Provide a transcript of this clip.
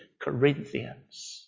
Corinthians